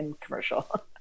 commercial